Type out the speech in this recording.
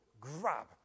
grab